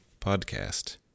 podcast